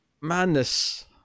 Madness